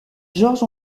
georges